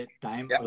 time